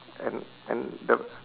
and and the